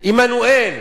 עמנואל,